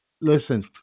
Listen